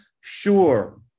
Sure